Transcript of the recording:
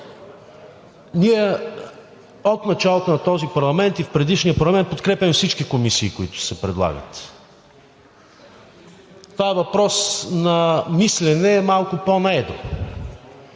Ние от началото на този парламент – и в предишния парламент, подкрепяме всички комисии, които се предлагат. Това е въпрос на мислене малко по-наедро.